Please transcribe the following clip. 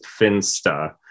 Finsta